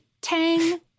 tang